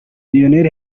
lionel